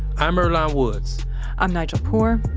i'm earlonne woods i'm nigel poor.